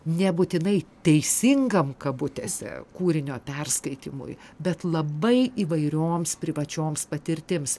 nebūtinai teisingam kabutėse kūrinio perskaitymui bet labai įvairioms privačioms patirtims